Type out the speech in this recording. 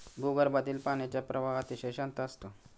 भूगर्भातील पाण्याचा प्रवाह अतिशय शांत असतो